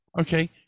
Okay